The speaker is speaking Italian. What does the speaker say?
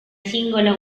singola